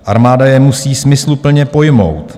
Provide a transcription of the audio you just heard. Armáda je musí smysluplně pojmout.